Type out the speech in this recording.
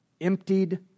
emptied